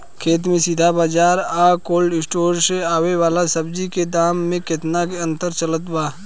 खेत से सीधा बाज़ार आ कोल्ड स्टोर से आवे वाला सब्जी के दाम में केतना के अंतर चलत बा?